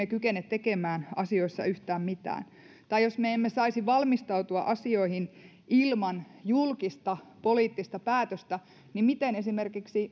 kykene tekemään asioissa yhtään mitään tai jos me emme saisi valmistautua asioihin ilman julkista poliittista päätöstä niin miten esimerkiksi